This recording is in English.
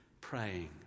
praying